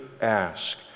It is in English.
ask